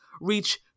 reach